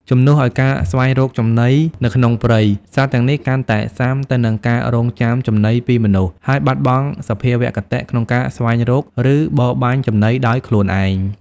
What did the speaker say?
ជំនួសឱ្យការស្វែងរកចំណីនៅក្នុងព្រៃ សត្វទាំងនេះកាន់តែស៊ាំទៅនឹងការរង់ចាំចំណីពីមនុស្ស ហើយបាត់បង់សភាវគតិក្នុងការស្វែងរក ឬបរបាញ់ចំណីដោយខ្លួនឯង។